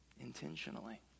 intentionally